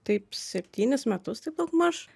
taip septynis metus taip daugmaž